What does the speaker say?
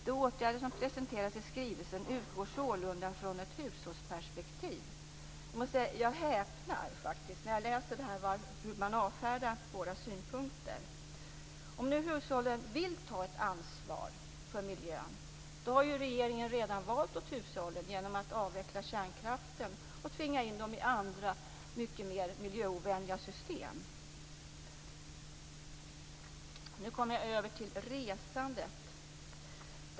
De åtgärder som presenteras i skrivelsen utgår sålunda från ett hushållsperspektiv." Jag häpnar över hur utskottet avfärdar våra synpunkter. Om hushållen vill ta ett ansvar för miljön, har regeringen redan valt åt hushållen genom att låta avveckla kärnkraften och tvinga in dem i andra mer miljöovänliga system. Så var det frågan om resandet.